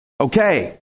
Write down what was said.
Okay